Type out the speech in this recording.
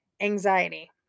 Anxiety